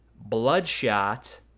Bloodshot